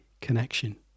connection